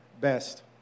best